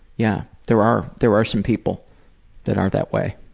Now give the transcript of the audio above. yeah. there are there are some people that are that way.